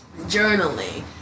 journaling